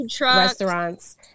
Restaurants